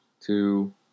two